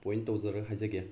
point ꯇꯧꯖꯔ ꯍꯥꯏꯖꯒꯦ